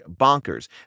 bonkers